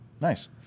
Nice